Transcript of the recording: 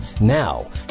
Now